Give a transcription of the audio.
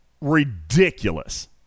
ridiculous